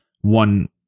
one